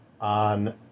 on